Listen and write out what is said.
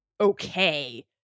Okay